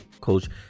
Coach